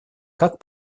как